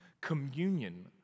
communion